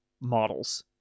models